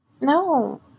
No